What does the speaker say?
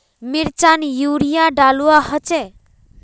मिर्चान यूरिया डलुआ होचे?